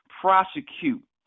prosecute